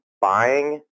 buying –